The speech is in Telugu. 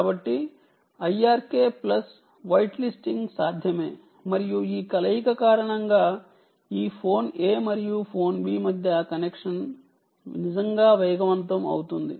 కాబట్టి IRK ప్లస్ వైట్ లిస్టింగ్ సాధ్యమే మరియు ఈ కలయిక కారణంగా ఈ ఫోన్ a మరియు ఫోన్ b మధ్య కనెక్షన్ నిజంగా వేగవంతం అవుతుంది